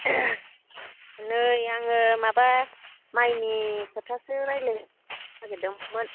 नै आङो माबा माइनि खोथासो रायज्लायनो नागिरदोंमोन